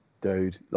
Dude